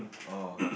oh